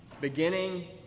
beginning